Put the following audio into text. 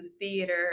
theater